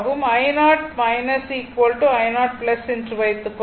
i0 i0 என்று வைத்துக்கொள்வோம்